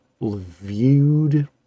viewed